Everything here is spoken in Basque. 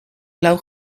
lau